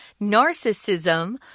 narcissism